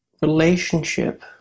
relationship